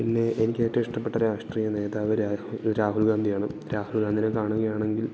പിന്നെ എനിക്ക് ഏറ്റവും ഇഷ്ടപ്പെട്ട രാഷ്ട്രീയ നേതാവ് രാഹു രാഹുൽ ഗാന്ധിയാണ് രാഹുൽ ഗാന്ധീനെ കാണുക ആണെങ്കിൽ